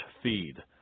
feed